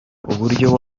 uburyo